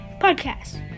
podcast